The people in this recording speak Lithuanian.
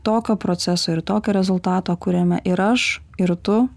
tokio proceso ir tokio rezultato kuriame ir aš ir tu